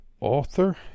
Author